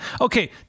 Okay